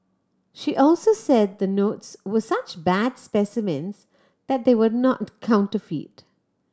she also said the notes were such bad specimens that they were not counterfeit